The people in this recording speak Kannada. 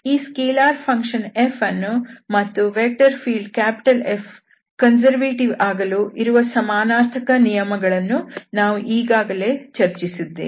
ಈ ಸ್ಕೆಲಾರ್ ಫಂಕ್ಷನ್ f ಅನ್ನು ಮತ್ತು ವೆಕ್ಟರ್ ಫೀಲ್ಡ್ F ಕನ್ಸರ್ವೇಟಿವ್ ಆಗಲು ಇರುವ ಸಮಾನಾರ್ಥಕ ನಿಯಮಗಳನ್ನು ನಾವು ಈಗಾಗಲೇ ಚರ್ಚಿಸಿದ್ದೇವೆ